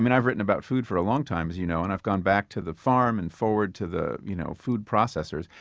and i've written about food for a long time, as you know, and i've gone back to the farm and forward to the you know food processors.